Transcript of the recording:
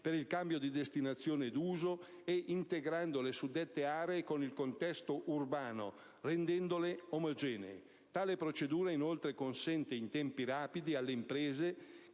per il cambio di destinazione d'uso e integrando le suddette aree con il contesto urbano, rendendole omogenee. Tale procedura, inoltre, consente in tempi rapidi alle imprese